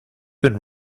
have